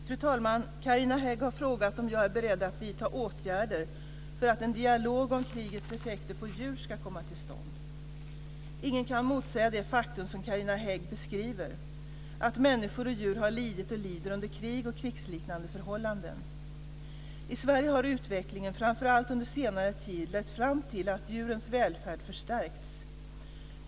Fru talman! Carina Hägg har frågat om jag är beredd att vidta åtgärder för att en dialog om krigets effekter på djur ska komma till stånd. Ingen kan motsäga det faktum som Carina Hägg beskriver - att människor och djur har lidit och lider under krig och krigsliknande förhållanden. I Sverige har utvecklingen, framför allt under senare tid, lett fram till att djurens välfärd förstärkts.